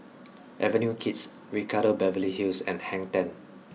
Avenue Kids Ricardo Beverly Hills and Hang Ten